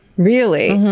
really?